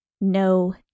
no